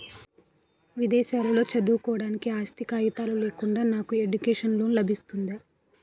విదేశాలలో చదువుకోవడానికి ఆస్తి కాగితాలు లేకుండా నాకు ఎడ్యుకేషన్ లోన్ లబిస్తుందా?